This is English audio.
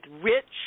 rich